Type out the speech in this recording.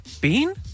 Bean